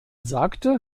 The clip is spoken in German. sagte